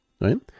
right